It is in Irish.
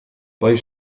beidh